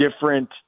different